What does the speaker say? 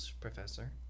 professor